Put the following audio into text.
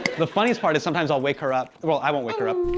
the funniest part is sometimes i'll wake her up. well, i won't wake her up.